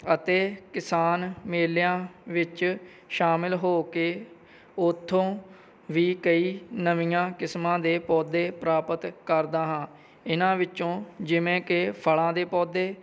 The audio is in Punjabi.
ਅਤੇ ਕਿਸਾਨ ਮੇਲਿਆਂ ਵਿੱਚ ਸ਼ਾਮਿਲ ਹੋ ਕੇ ਉਥੋਂ ਵੀ ਕਈ ਨਵੀਆਂ ਕਿਸਮਾਂ ਦੇ ਪੌਦੇ ਪ੍ਰਾਪਤ ਕਰਦਾ ਹਾਂ ਇਹਨਾਂ ਵਿੱਚੋਂ ਜਿਵੇਂ ਕਿ ਫ਼ਲਾਂ ਦੇ ਪੌਦੇ